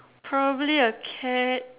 probably a cat